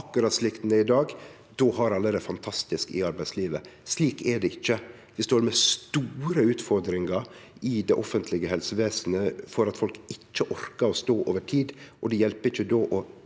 akkurat slik ho er i dag, har alle det fantastisk i arbeidslivet. Slik er det ikkje. Vi har store utfordringar i det offentlege helsevesenet fordi folk ikkje orkar å stå over tid. Då hjelper det